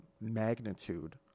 magnitude